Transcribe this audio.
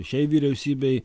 šiai vyriausybei